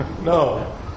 No